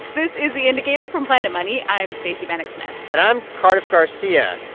this is the indicator from planet money. i'm stacey vanek smith and i'm cardiff garcia,